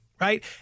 right